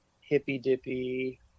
hippy-dippy